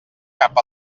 cap